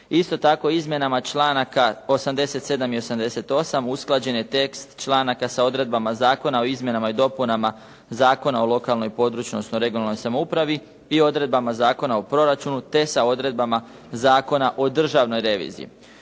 Isto tako, izmjenama članaka 87. i 88. usklađen je tekst članaka sa odredbama Zakona o izmjenama i dopunama Zakona o lokalnoj i područnoj odnosno regionalnoj samoupravi i odredbama Zakona o proračunu te sa odredbama Zakona o državnoj reviziji.